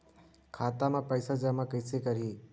खाता म पईसा जमा कइसे करही?